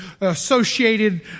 associated